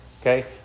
okay